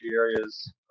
areas